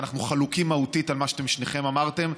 ואנחנו חלוקים מהותית על מה שאתם שניכם אמרתם,